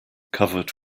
covered